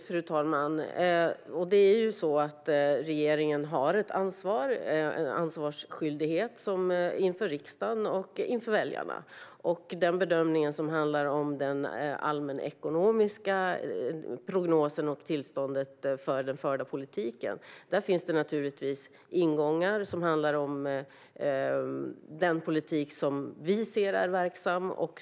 Fru talman! Regeringen har ett ansvar inför riksdagen och inför väljarna. Vad gäller den bedömning som handlar om den allmänekonomiska prognosen och tillståndet för den förda politiken finns det naturligtvis ingångar som handlar om den politik som vi ser är verksam.